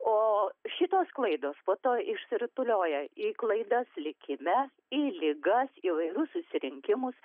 o šitos klaidos po to išsirutulioja į klaidas likime į ligas įvairius susirinkimus